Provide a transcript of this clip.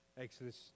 Exodus